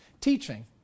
teaching